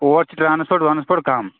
اور چھِ ٹرٛانَسپورٹ وانَسپورٹ کَم